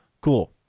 Cool